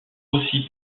aussi